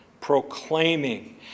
proclaiming